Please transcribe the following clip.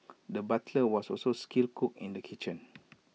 the butcher was also A skilled cook in the kitchen